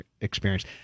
experience